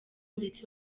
ndetse